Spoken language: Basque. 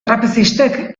trapezistek